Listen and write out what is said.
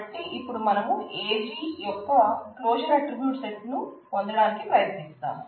కాబట్టి ఇపుడు మనం AG యొక్క క్లోజర్ ఆట్రిబ్యూట్ సెట్ ను పొందడానికి ప్రయత్నిద్దాం